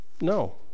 No